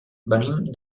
venim